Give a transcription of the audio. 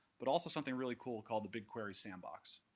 but also something really cool called the bigquery sandbox.